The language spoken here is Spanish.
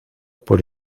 por